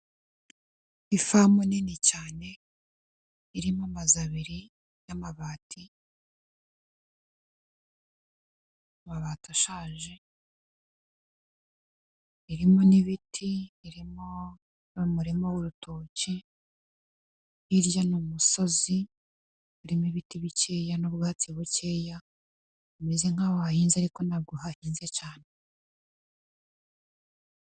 Ifamu nini cyane irimo amazu abiri y'amabati, amabati ashaje irimo n'ibiti irimo umurima w'urutoki hirya ni umusozi birimo ibiti bikeya n'ubwatsi bukeya bimeze nk'aho hahinze ariko ntabwo hahinze cyane.